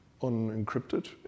unencrypted